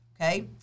Okay